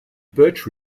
birch